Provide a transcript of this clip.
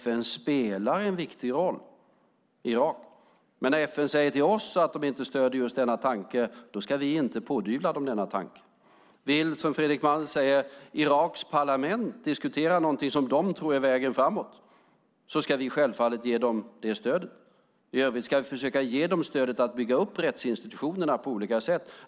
FN spelar en viktig roll i Irak. Men när FN säger till oss att de inte stöder just denna tanke ska vi inte pådyvla dem denna tanke. Vill, som Fredrik Malm säger, Iraks parlament diskutera någonting som de tror är vägen framåt ska vi självfallet ge dem det stödet. I övrigt ska vi försöka ge dem stöd för att bygga upp rättsinstitutionerna på olika sätt.